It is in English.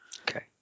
Okay